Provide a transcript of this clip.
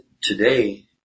today